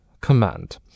command